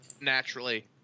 naturally